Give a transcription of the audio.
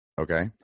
Okay